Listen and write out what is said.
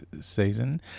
season